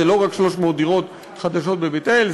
זה לא רק 300 דירות חדשות בבית-אל.